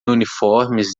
uniformes